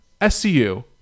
SCU